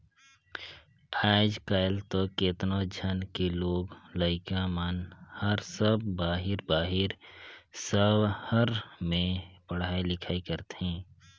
आयज कायल तो केतनो झन के लोग लइका मन हर सब बाहिर बाहिर सहर में पढ़ई लिखई करथे